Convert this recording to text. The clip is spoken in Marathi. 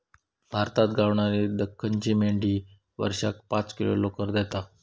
भारतात गावणारी दख्खनी मेंढी वर्षाक पाच किलो लोकर देता